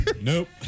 Nope